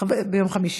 ביום חמישי.